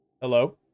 Hello